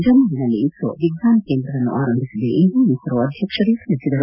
ಜಮ್ಮವಿನಲ್ಲಿ ISRO ವಿಜ್ಞಾನ ಕೇಂದ್ರವನ್ನು ಆರಂಭಿಸಿದೆ ಎಂದು ಇಸ್ರೋ ಅಧ್ಯಕ್ಷರು ತಿಳಿಸಿದರು